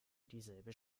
dieselbe